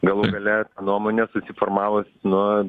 galų gale ta nuomonė susiformavus nuo